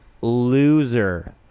loser